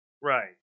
Right